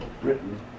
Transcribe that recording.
Britain